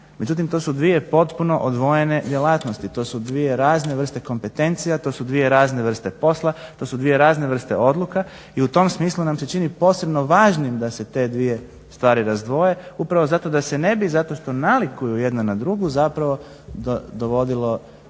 Međutim, to su dvije potpuno odvojene djelatnosti, to su dvije razne vrste kompetencija, to su dvije razne vrste posla, to su dvije razne vrste odluka. I u tom smislu nam se čini posebno važnim da se te dvije stvari razdvoje upravo zato da se ne bi zato što nalikuju jedna na drugu zapravo dovodilo